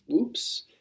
Oops